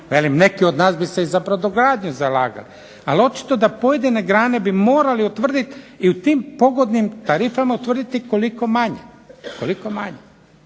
neki od nas bi se i za brodogradnju zalagali. Ali očito da pojedine grane bi morali utvrditi i u tim pogodnim tarifama utvrditi koliko manje.